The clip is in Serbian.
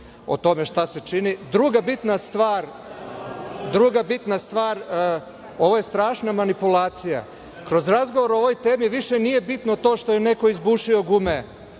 o tome šta se čini. Druga bitna stvar, ovo je strašna manipulacija, kroz razgovor o ovoj temi više nije bitno to što je neko izbušio gume